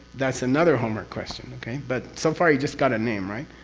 that's another homework question, okay? but, so far you just got a name, right?